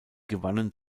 gewannen